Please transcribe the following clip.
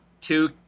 two